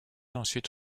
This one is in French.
ensuite